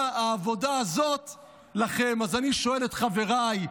"מה העבודה הזאת לכם?" אז אני שואל את חבריי,